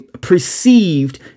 perceived